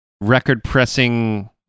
record-pressing